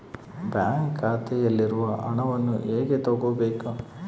Bank ಖಾತೆಯಲ್ಲಿರುವ ಹಣವನ್ನು ಹೇಗೆ ತಗೋಬೇಕು?